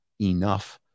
enough